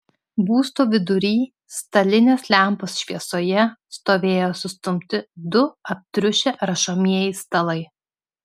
būsto vidury stalinės lempos šviesoje stovėjo sustumti du aptriušę rašomieji stalai